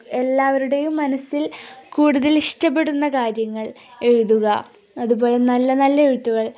എല്ലാവരുടെയും മനസ്സിൽ കൂടുതൽ ഇഷ്ടപ്പെടുന്ന കാര്യങ്ങൾ എഴുതുക അതുപോലെ നല്ല നല്ല എഴുത്തുകൾ